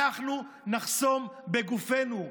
אנחנו נחסום בגופנו.